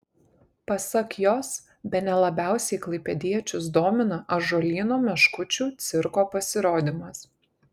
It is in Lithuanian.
pasak jos bene labiausiai klaipėdiečius domina ąžuolyno meškučių cirko pasirodymas